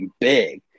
big